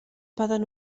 poden